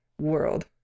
world